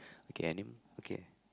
okay I am okay